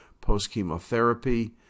post-chemotherapy